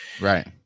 Right